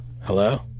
Hello